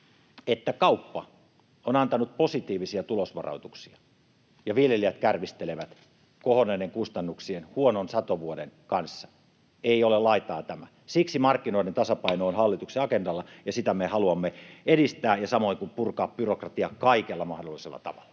että kauppa on antanut positiivisia tulosvaroituksia, mutta viljelijät kärvistelevät kohonneiden kustannuksien, huonon satovuoden kanssa — ei ole laitaa tämä. Siksi markkinoiden tasapaino on hallituksen agendalla, ja sitä me haluamme edistää samoin kuin purkaa byrokratian kaikella mahdollisella tavalla.